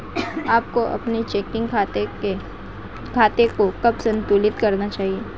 आपको अपने चेकिंग खाते को कब संतुलित करना चाहिए?